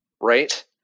right